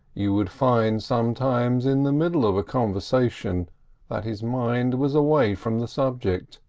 you would find sometimes in the middle of a conversation that his mind was away from the subject